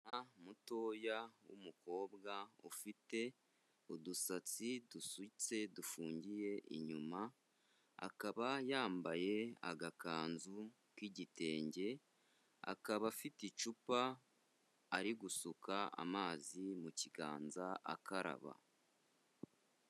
Umwana mutoya w'umukobwa, ufite udusatsi dusutse dufungiye inyuma, akaba yambaye agakanzu k'igitenge, akaba afite icupa ari gusuka amazi mu kiganza akaraba.